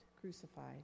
crucified